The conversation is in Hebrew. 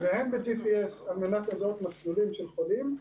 והן ב GPS על מנת לזהות מסלולים של חולים,